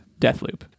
Deathloop